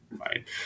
right